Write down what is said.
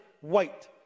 white